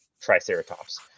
triceratops